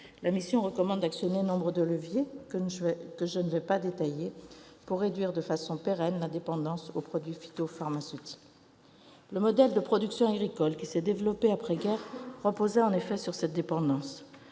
2017. Elle recommande d'actionner nombre de leviers, que je ne vais pas détailler, pour réduire de façon pérenne la dépendance aux produits phytopharmaceutiques. Le modèle de production agricole qui s'est développé après-guerre reposait en effet sur cette dépendance.